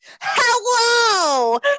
hello